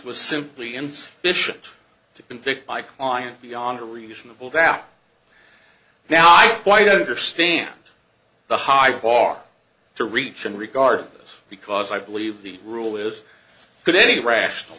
to convict my client beyond a reasonable doubt now i quite understand the high bar to reach an regardless because i believe the rule is good any rational